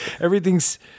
everything's